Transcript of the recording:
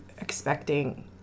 expecting